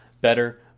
better